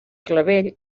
clavell